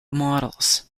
models